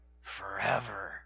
Forever